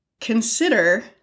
Consider